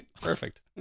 Perfect